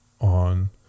on